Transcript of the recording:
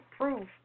proof